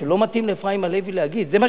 כי לא מתאים לאפרים הלוי להגיד את זה.